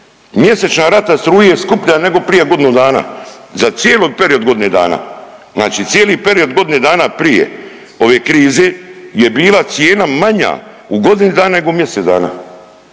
mjesečna rata struje je skuplja nego prije godinu dana, za cijeli period od godine dana, znači cijeli period od godine dana prije ove krize je bila cijena manja u godini dana nego u mjesec dana,